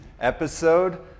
episode